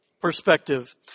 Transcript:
perspective